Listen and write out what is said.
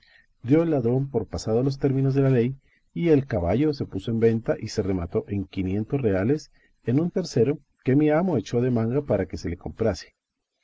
dio el ladrón por pasados los términos de la ley y el caballo se puso en venta y se remató en quinientos reales en un tercero que mi amo echó de manga para que se le comprase